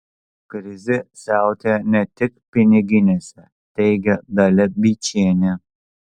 krizė siautėja ne tik piniginėse teigia dalia byčienė